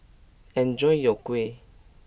enjoy your Kuih